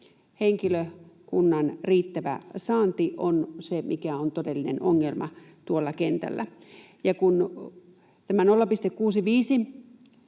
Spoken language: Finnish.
Henkilökunnan riittävä saanti on se, mikä on todellinen ongelma tuolla kentällä. Kun tämä 0,65